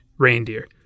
reindeer